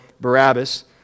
Barabbas